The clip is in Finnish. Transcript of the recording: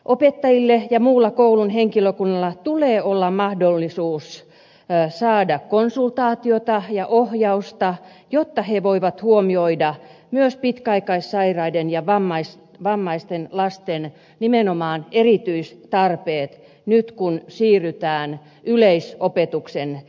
opettajilla ja muulla koulun henkilökunnalla tulee olla mahdollisuus saada konsultaatiota ja ohjausta jotta he voivat huomioida myös pitkäaikaissairaiden ja vammaisten lasten nimenomaan erityistarpeet nyt kun siirrytään yleisopetuksen sisälle